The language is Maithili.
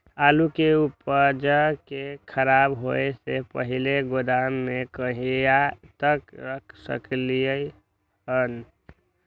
आलु के उपज के खराब होय से पहिले गोदाम में कहिया तक रख सकलिये हन?